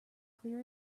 clear